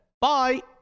Bye